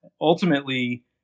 ultimately